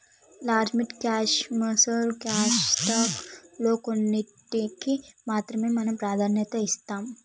large mid cash small cash stock లో కొన్నింటికీ మాత్రమే మనం ప్రాధాన్యత ఇస్తాం